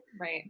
Right